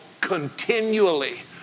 continually